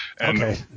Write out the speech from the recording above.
Okay